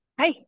Hi